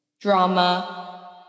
drama